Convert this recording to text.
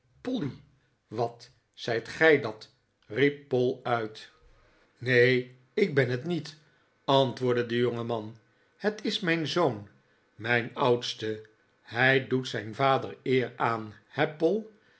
polly wat zijt gij dat riep poll uit maarten chuzzlewit neen ik ben het niet antwoprdde de jongeraan het is mijn zoon mijn oudste hij doet zijn vader eer aan